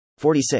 46